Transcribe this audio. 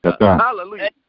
hallelujah